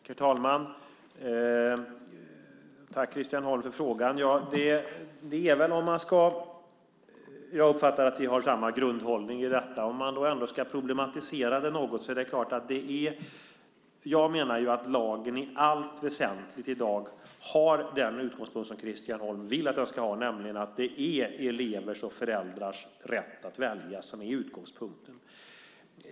Herr talman! Tack, Christian Holm, för frågan! Jag uppfattar att vi har samma grundhållning i detta. Om man ändå ska problematisera det något menar jag att lagen i allt väsentligt i dag har den utgångspunkt som Christian Holm vill att den ska ha, nämligen att det är elevers och föräldrars rätt att välja som är utgångspunkten.